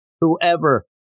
whoever